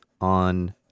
on